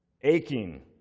Aching